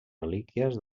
relíquies